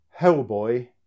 Hellboy